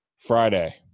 Friday